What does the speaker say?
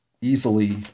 easily